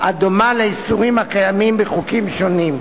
הדומה לאיסורים הקיימים בחוקים שונים.